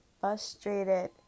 frustrated